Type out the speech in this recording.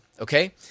okay